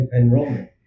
enrollment